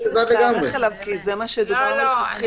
היה צריך להיערך אליו, כי זה מה שדובר מלכתחילה.